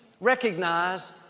recognize